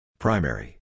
Primary